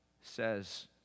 says